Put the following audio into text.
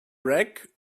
wreck